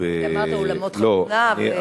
אולמות חתונה, לא.